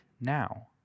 now